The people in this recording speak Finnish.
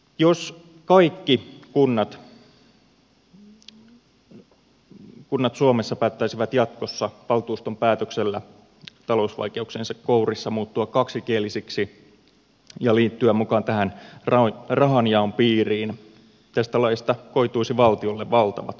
jos kaikki kunnat suomessa päättäisivät jatkossa valtuuston päätöksellä talousvaikeuksiensa kourissa muuttua kaksikielisiksi ja liittyä mukaan tähän rahanjaon piiriin tästä laista koituisi valtiolle valtavat kustannukset